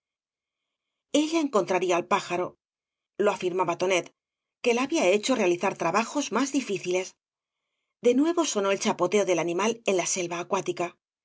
ella encontraría el pájaro lo afirmaba tonet que la había hecho realizar trabajos más difíciles de nuevo sonó el chapoteo del animal en la selva acuática